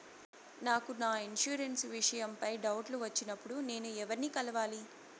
నాకు నా ఇన్సూరెన్సు విషయం పై డౌట్లు వచ్చినప్పుడు నేను ఎవర్ని కలవాలి?